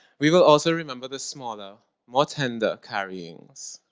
we will also remember the smaller more tender carryings.